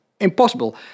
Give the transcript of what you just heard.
impossible